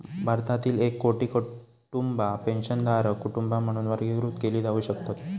भारतातील एक कोटी कुटुंबा पेन्शनधारक कुटुंबा म्हणून वर्गीकृत केली जाऊ शकतत